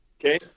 Okay